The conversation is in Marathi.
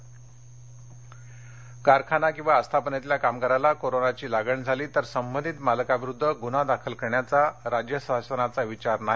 राज्य सरकार स्पष्टीकरण कारखाना किंवा आस्थापनेतल्या कामगाराला कोरोनाची लागण झाली तर संबंधित मालकाविरुद्ध गुन्हा दाखल करण्याचा राज्य शासनाचा विचार नाही